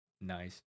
Nice